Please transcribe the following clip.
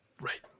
Right